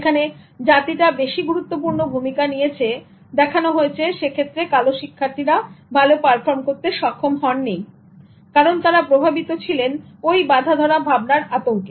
যেখানে জাতিটা বেশি গুরুত্বপূর্ণ ভূমিকা নিয়েছে দেখানো হয়েছে সে ক্ষেত্রে কালো শিক্ষার্থীরা ভালো পারফর্ম করতে সক্ষম হননি কারণ তারা প্রভাবিত ছিলেন ওই বাঁধাধরা ভাবনার আতঙ্কে